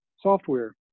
software